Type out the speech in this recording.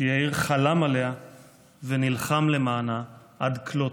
שיאיר חלם עליה ונלחם למענה על כלות.